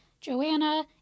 Joanna